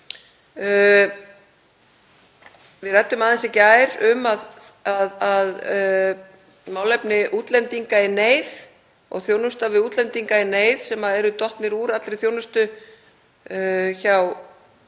Við ræddum aðeins í gær um að málefni útlendinga í neyð og þjónusta við útlendinga í neyð, sem eru dottnir úr allri þjónustu sem